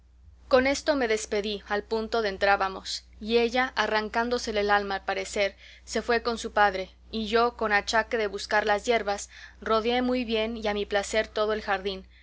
con esto me despedí al punto de entrambos y ella arrancándosele el alma al parecer se fue con su padre y yo con achaque de buscar las yerbas rodeé muy bien y a mi placer todo el jardín